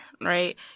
right